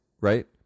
right